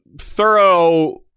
thorough